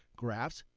graphs,